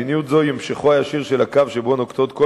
מדיניות זו היא המשכו הישיר של הקו שנוקטות כל